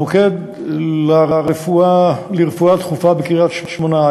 המוקד לרפואה דחופה בקריית-שמונה,